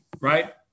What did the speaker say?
right